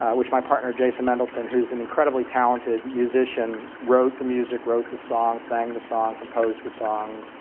ah which my partner jason mendelson who's an incredibly talented musician wrote the music, wrote the song, sang the song, composed the song,